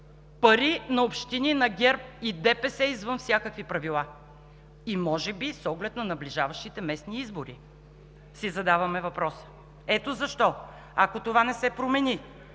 пари на общини на ГЕРБ и ДПС извън всякакви правила. Може би и с оглед наближаващите местни избори – си задаваме въпроса. Ето защо, ако това не се промени,